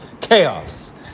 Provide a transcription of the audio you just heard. chaos